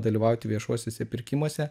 dalyvauti viešuosiuose pirkimuose